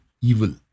evil